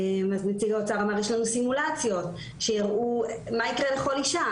נציג האוצר אמר יש לנו סימולציות שיראו מה יקרה לכל אישה,